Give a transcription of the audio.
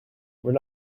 were